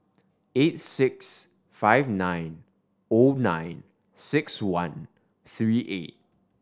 eight six five nine O nine six one three eight